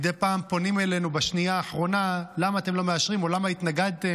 מדי פעם פונים אלינו בשנייה האחרונה: למה אתם לא מאשרים או למה התנגדתם.